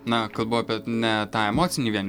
na kalbu apie ne tą emocinį vien